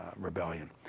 rebellion